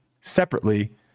separately